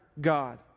God